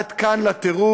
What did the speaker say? עד כאן לטירוף,